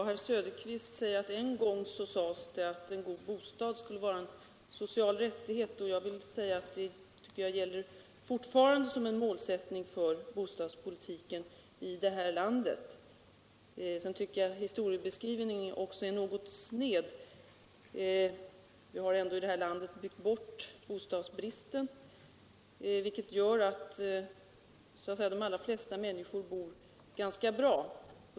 Herr talman! Det som en gång sades om att en god bostad skulle vara en social rättighet gäller fortfarande som en målsättning för bostadspolitiken här i landet. Men herr Söderqvists historieskrivning är något sned, tycker jag. Vi har ändå i det här landet byggt bort bostadsbristen, vilket gör att de flesta människor bor ganska bra.